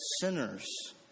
sinners